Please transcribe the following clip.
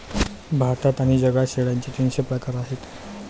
भारतात आणि जगात शेळ्यांचे तीनशे प्रकार आहेत